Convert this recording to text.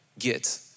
get